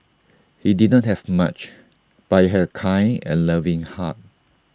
he did not have much but he had A kind and loving heart